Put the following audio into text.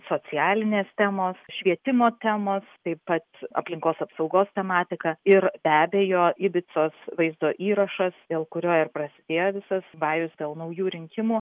socialinės temos švietimo temos taip pat aplinkos apsaugos tematika ir be abejo ibicos vaizdo įrašas dėl kurio ir prasidėjo visas vajus dėl naujų rinkimų